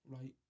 Right